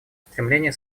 стремлении